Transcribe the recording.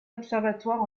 observatoire